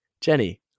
Jenny